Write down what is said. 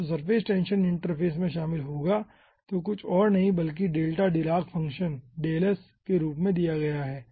तो surface tension interface में शामिल होगा जो कुछ और नहीं बल्कि डेल्टा डिराक फंक्शन के रूप में दिया गया है